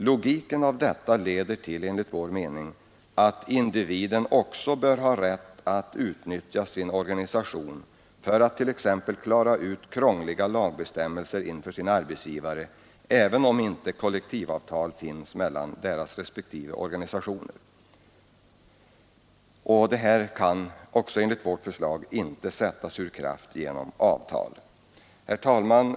Logiken leder då enligt vår mening till att individen också bör ha rätt att utnyttja sin organisation för att t.ex. klara ut krångliga lagbestämmelser inför sin arbetsgivare, även om inte kollektivavtal finns mellan deras respektive organisationer. Den rätten kan enligt vårt förslag inte sättas ur kraft genom avtal. Herr talman!